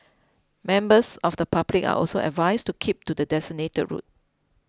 members of the public are also advised to keep to the designated route